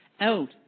out